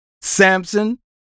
Samson